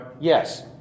Yes